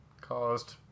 caused